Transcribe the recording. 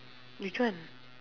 which one